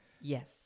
Yes